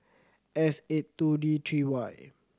S eight two D three Y